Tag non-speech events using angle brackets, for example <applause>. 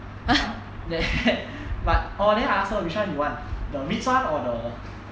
but <noise> then but oh then I ask her which one you want the REITs one or the